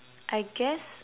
I guess